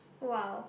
!wow!